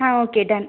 ah okay ton